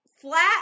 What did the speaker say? flat